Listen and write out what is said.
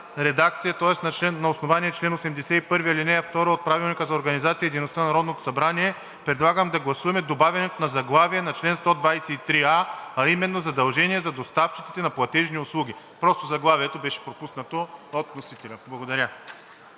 редакция, тоест на основание чл. 81, ал. 2 от Правилника за организацията и дейността на Народното събрание предлагам да гласуваме добавянето на заглавие на чл. 123а, а именно „Задължение за доставчиците на платежни услуги“. Просто заглавието беше пропуснато от вносителя. Благодаря.